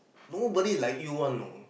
nobody like you one know